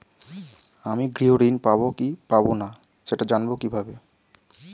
আমি গৃহ ঋণ পাবো কি পাবো না সেটা জানবো কিভাবে?